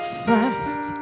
first